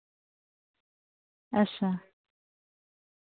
अच्छा